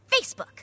Facebook